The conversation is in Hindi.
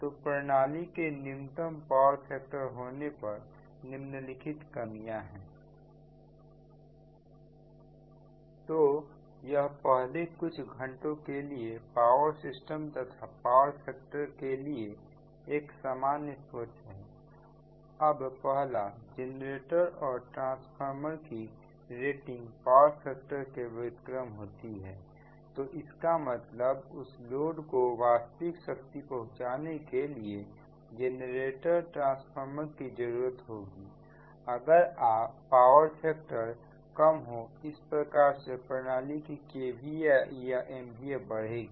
तो प्रणाली के न्यूनतम पावर फैक्टर होने पर निम्नलिखित कमियां है तो यह पहले कुछ घंटों के लिए पावर सिस्टम तथा पावर फैक्टर के लिए एक सामान्य सोच है अब पहला जनरेटर और ट्रांसफॉर्मर की रेटिंग पावर फैक्टर के व्युत्क्रम होती है तो इसका मतलब उस लोड को वास्तविक शक्ति पहुंचाने के लिए जनरेटर ट्रांसफार्मर की जरूरत होगी अगर पावर फैक्टर कम हो इस प्रकार से प्रणाली की KVA या MVA बढ़ेगी